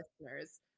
listeners